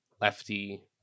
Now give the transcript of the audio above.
lefty